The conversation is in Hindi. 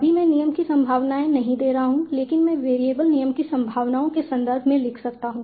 अभी मैं नियम की संभावनाएं नहीं दे रहा हूं लेकिन मैं वेरिएबल नियम की संभावनाओं के संदर्भ में लिख सकता हूं